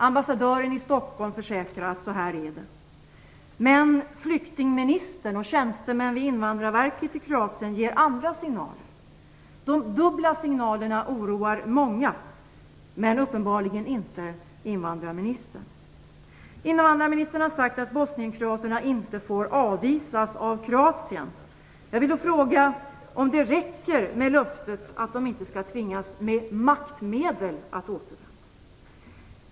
Ambassadören i Stockholm försäkrar att detta gäller. Men flyktingministern och tjänstemän på invandrarverket i Kroatien ger andra signaler. De dubbla signalerna oroar många, men uppenbarligen inte invandrarministern. Invandrarministern har sagt att bosnien-kroaterna inte får avvisas av Kroatien. Jag vill fråga invandrarministern om det räcker med löftet att de inte skall tvingas med maktmedel att återvända.